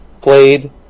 played